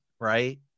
right